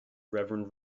reverend